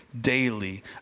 daily